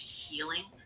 healing